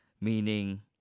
meaning